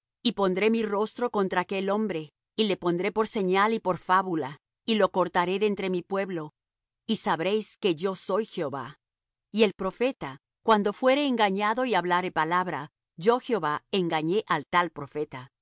y pondré mi rostro contra aquel hombre y le pondré por señal y por fábula y yo lo cortaré de entre mi pueblo y sabréis que yo soy jehová y el profeta cuando fuere engañado y hablare palabra yo jehová engañé al tal profeta